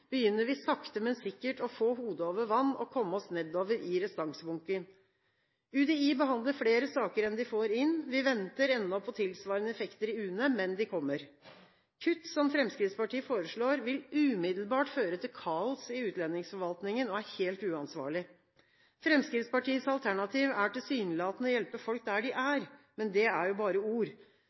begynner vi sakte, men sikkert å få hodet over vann og komme oss nedover i restansebunken. UDI behandler flere saker enn de får inn, vi venter ennå på tilsvarende effekter i UNE, men de kommer. Kutt som Fremskrittspartiet foreslår, vil umiddelbart føre til kaos i utlendingsforvaltningen og er helt uansvarlig. Fremskrittspartiets alternativ er tilsynelatende å hjelpe folk der de er, men det er jo bare ord.